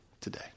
today